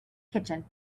kitchen